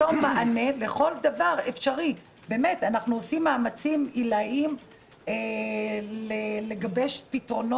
בסופו של דבר אם לא ניתן להם אפשרות לקחת הלוואה עד התאריך